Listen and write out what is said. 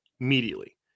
immediately